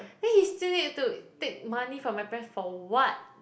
then he still need to take money from my parents for what